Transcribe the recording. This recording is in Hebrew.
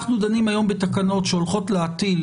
אנחנו דנים היום בתקנות שהולכות להטיל